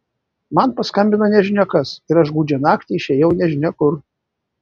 man paskambino nežinia kas ir aš gūdžią naktį išėjau nežinia kur